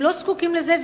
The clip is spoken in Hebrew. הם לא זקוקים לזה,